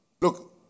Look